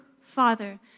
father